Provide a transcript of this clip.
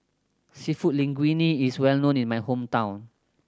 Seafood Linguine is well known in my hometown